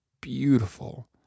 beautiful